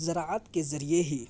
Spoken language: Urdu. زراعت کے ذریعے ہی